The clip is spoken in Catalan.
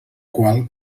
qual